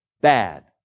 bad